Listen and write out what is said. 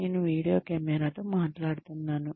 నేను వీడియో కెమెరాతో మాట్లాడుతున్నాను